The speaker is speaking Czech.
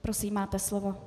Prosím, máte slovo.